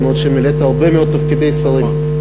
אף-על-פי שמילאת הרבה מאוד תפקידי שרים.